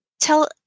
tell